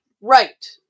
right